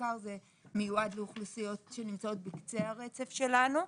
בעיקר זה מיועד לאוכלוסיות שנמצאות בקצה הרצף שלנו.